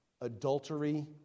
adultery